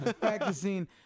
practicing